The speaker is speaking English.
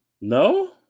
No